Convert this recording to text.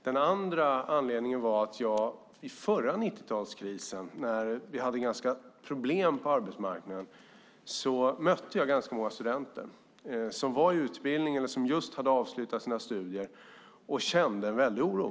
Den andra orsaken var att jag under den förra 90-talskrisen, när vi hade problem på arbetsmarknaden, mötte ganska många studenter som var i utbildning eller som just hade avslutat sina studier och kände en väldig oro.